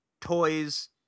toys